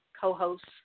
co-hosts